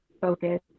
focus